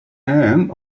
end